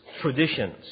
traditions